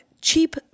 cheap